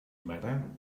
matter